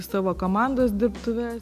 savo komandos dirbtuves